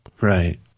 Right